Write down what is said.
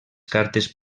cartes